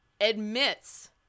admits